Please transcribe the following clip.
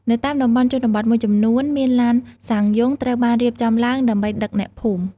នៅតាមតំបន់ជនបទមួយចំនួនមានឡានសាំយ៉ុង ត្រូវបានរៀបចំឡើងដើម្បីដឹកអ្នកភូមិ។